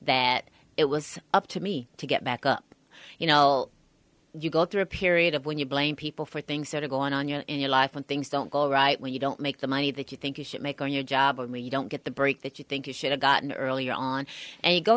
that it was up to me to get back up you know you go through a period of when you blame people for things that are going on you know in your life when things don't go right when you don't make the money that you think you should make on your job and when you don't get the break that you think you should have gotten earlier on and